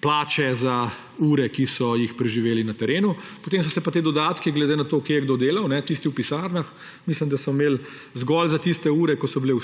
plače za ure, ki so jih preživeli na terenu. Potem so pa bili ti dodatki, glede na to, kje je kdo delal, tisti v pisarnah, mislim da so imeli zgolj za tiste ure, ko so bili